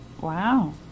Wow